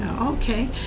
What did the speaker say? okay